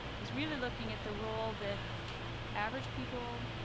is really looking at the role that average people,